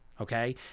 okay